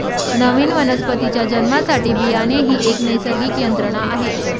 नवीन वनस्पतीच्या जन्मासाठी बियाणे ही एक नैसर्गिक यंत्रणा आहे